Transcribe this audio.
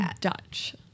Dutch